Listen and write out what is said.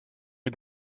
est